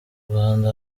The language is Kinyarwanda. rwanda